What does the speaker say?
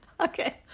Okay